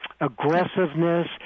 aggressiveness